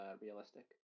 Realistic